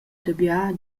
dabia